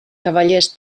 cavallers